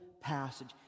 passage